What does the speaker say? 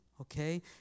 okay